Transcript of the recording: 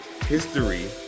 history